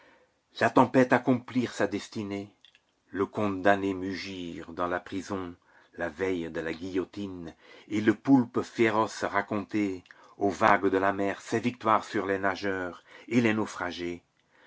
la tempête accomplir sa destinée le condamné mugir dans la prison la veille de la guillotine et le poulpe féroce raconter aux vagues de la mer ses victoires sur les nageurs et les naufragés